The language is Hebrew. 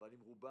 אבל עם רובם.